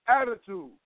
attitude